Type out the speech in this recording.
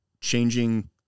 changing